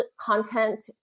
content